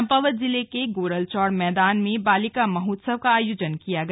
चम्पावत जिले के गोरलचौड़ मैदान में बालिका महोत्सव का आयोजन किया गया